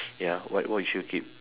ya what what you sure keep